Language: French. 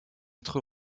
être